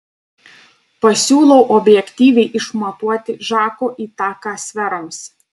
pasiūlau objektyviai išmatuoti žako įtaką sferoms